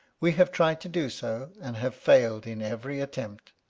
we have tried to do so, and have failed in every attempt.